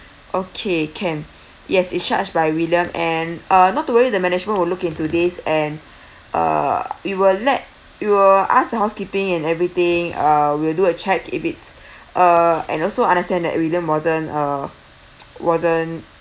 okay can yes it charged by william and uh not to worry the management will look in today and uh we will let you we'll ask the housekeeping and everything uh we'll do a check if it's uh and also understand that william wasn't uh wasn't